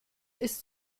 ist